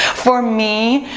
for me,